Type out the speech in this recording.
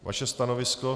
Vaše stanovisko?